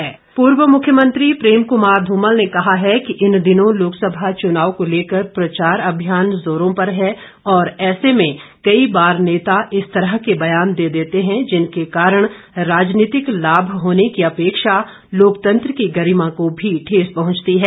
धुमल पूर्व मुख्यमंत्री प्रेम कुमार ध्रमल ने कहा है कि इन दिनों लोकसभा चुनाव को लेकर प्रचार अभियान जोरों पर है और ऐसे में कई बार नेता इस तरह के ब्यान दे देते हैं जिनके कारण राजनीतिक लाभ होने की अपेक्षा लोकतंत्र की गरिमा को भी ठेस पहुंचती है